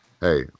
hey